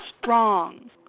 strong